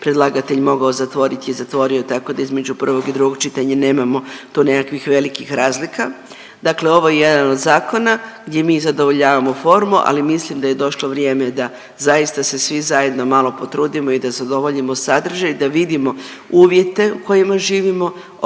predlagatelj mogao zatvoriti je zatvorio, tako da između prvog i drugog čitanja nemamo tu nekakvih velikih razlika. Dakle ovo je jedan od zakona gdje mi zadovoljavamo formu, ali mislim da je došlo vrijeme da zaista se svi zajedno malo potrudimo i da zadovoljimo sadržaj, da vidimo uvjete u kojima živimo,